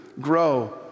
grow